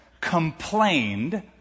complained